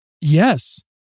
yes